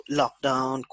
lockdown